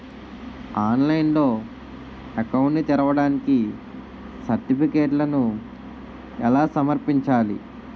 ఆన్లైన్లో అకౌంట్ ని తెరవడానికి సర్టిఫికెట్లను ఎలా సమర్పించాలి?